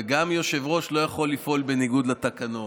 וגם יושב-ראש לא יכול לפעול בניגוד לתקנון.